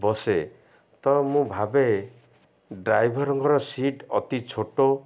ବସେ ତ ମୁଁ ଭାବେ ଡ୍ରାଇଭର୍ଙ୍କର ସିଟ୍ ଅତି ଛୋଟ